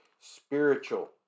Spiritual